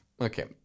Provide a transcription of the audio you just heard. Okay